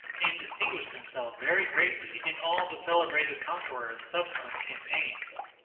and distinguished himself very greatly in all the celebrated conqueror's subsequent campaigns.